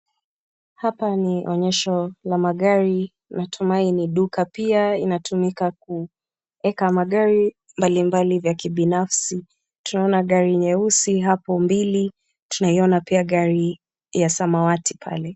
Hapa ni onyesho la magari, natumai ni duka pia inatumika kuweka magari mbalimbali vya kibinafsi. Tunaona gari nyeusi hapo mbili, tunaiona pia gari ya samawati pale.